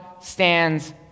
stands